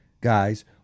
guys